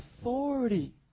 authority